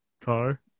car